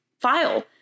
file